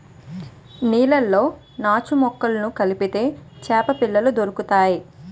నీళ్లలో నాచుమొక్కలను కదిపితే చేపపిల్లలు దొరుకుతాయి